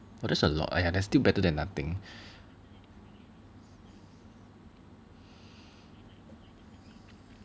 !wah! that's a lot !aiya! that's still better than nothing